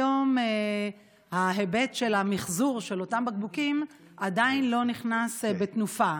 היום ההיבט של המחזור של אותם בקבוקים עדיין לא נכנס בתנופה.